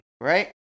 Right